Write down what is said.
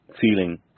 feeling